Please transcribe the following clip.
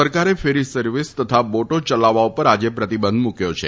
સરકારે ferry service તથા બોટો ચલાવવા ઉપર આજે પ્રતિબંધ મૂક્યો છે